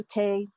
UK